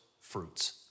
fruits